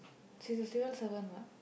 she's a civil servant what